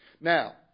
Now